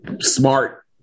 smart